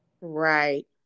Right